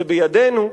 זה בידינו,